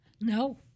No